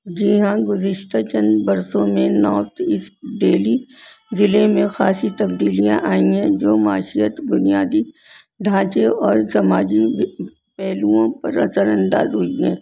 جی ہاں گزشتہ چند برسوں میں نارتھ ایسٹ دہلی ضلعے میں خاصی تبدیلیاں آئی ہیں جو معاشیت بنیادی ڈھانچے اور سماجی پہلوؤں پر اثرانداز ہوئی ہیں